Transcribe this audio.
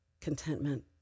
contentment